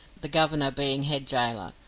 the governor being head gaoler.